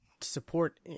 support